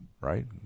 right